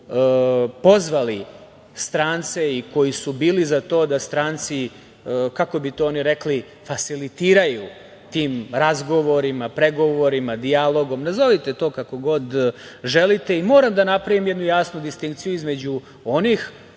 koji su pozvali strance i koji su bili za to da stranci, kako bi to oni rekli, fasilitiraju tim razgovorima, pregovorima, dijalogom, nazovite to kako god želite. Moram da napravim jednu jasnu distinkciju između onih